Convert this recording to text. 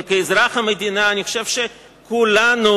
אבל כאזרח המדינה, אני חושב שכולנו,